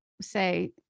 say